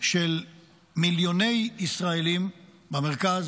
של מיליוני ישראלים במרכז,